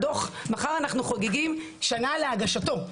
מחר אנחנו חוגגים שנה להגשתו,